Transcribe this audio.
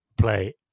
play